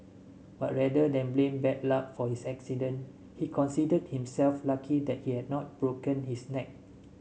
but rather than blame bad luck for his accident he considered himself lucky that he had not broken his neck